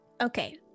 Okay